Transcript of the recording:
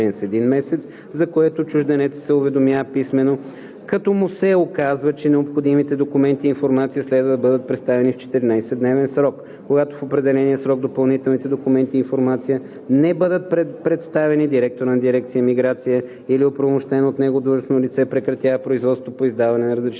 за което чужденецът се уведомява писмено, като му се указва, че необходимите документи и информация следва да бъдат представени в 14-дневен срок. Когато в определения срок допълнителните документи и информация не бъдат представени, директорът на дирекция „Миграция“ или оправомощено от него длъжностно лице прекратява производството по издаване на разрешение